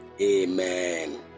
amen